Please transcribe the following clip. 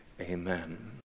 amen